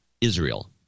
israel